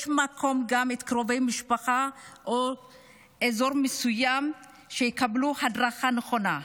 יש מקום שגם קרובי משפחה או אזור מסוים יקבלו הדרכה נכונה.